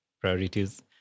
priorities